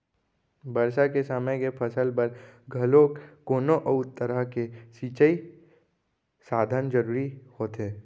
बरसा के समे के फसल बर घलोक कोनो अउ तरह के सिंचई साधन जरूरी होथे